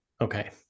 Okay